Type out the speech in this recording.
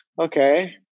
okay